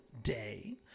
Day